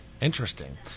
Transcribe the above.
Interesting